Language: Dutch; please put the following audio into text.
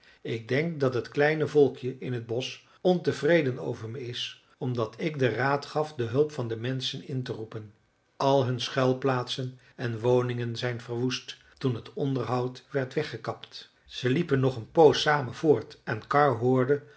ik denk dat het kleine volkje in t bosch ontevreden over me is omdat ik den raad gaf de hulp van de menschen in te roepen al hun schuilplaatsen en woningen zijn verwoest toen het onderhout werd weggekapt ze liepen nog een poos samen voort en karr hoorde